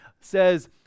says